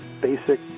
basic